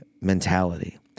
mentality